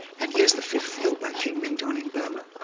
and here's the fifth, held by king mindon in burma,